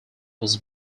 was